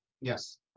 Yes